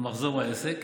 במחזור העסק,